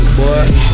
boy